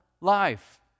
life